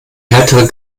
härtere